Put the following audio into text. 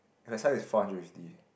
Carousell is four hundred fifty